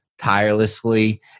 Tirelessly